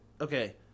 okay